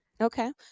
Okay